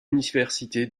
université